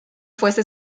fuese